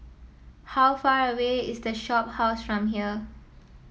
how far away is The Shophouse from here